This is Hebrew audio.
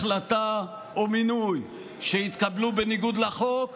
החלטה או מינוי שיתקבלו בניגוד לחוק,